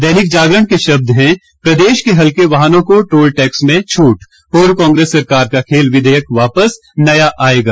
दैनिक जागरण के शब्द हैं प्रदेश के हल्के वाहनों को टोल टैक्स में छूट पूर्व कांग्रेस सरकार का खेल विधेयक वापस नया आएगा